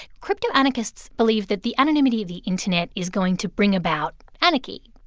crypto-anarchists believe that the anonymity of the internet is going to bring about anarchy.